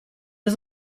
was